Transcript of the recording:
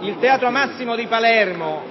Il Teatro Massimo di Palermo